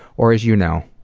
or, as you know,